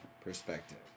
perspective